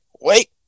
wait